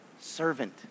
servant